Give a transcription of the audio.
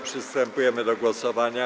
Przystępujemy do głosowania.